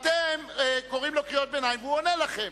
אתם קוראים לו קריאות ביניים והוא עונה לכם.